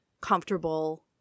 comfortable